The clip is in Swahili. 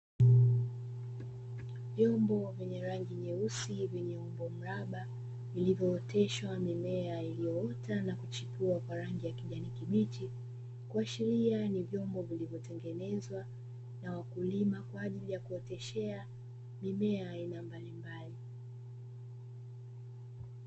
Vyombo vyenye rangi nyeusi vyenye umbo mraba, vilivyooteshwa mimea ilioota na kuchipua kwa rangi ya kijani kibichi, kuashiria ni vyombo vilivyotengenezwa na wakulima kwa ajili ya kuoteshea mimea ya aina mbalimbali.